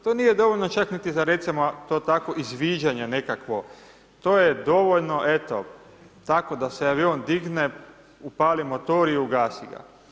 To nije dovoljno, čak niti za recimo, to tako izviđanje nekakvo, to je dovoljno eto, tako da se avion digne, upali motor i ugasi ga.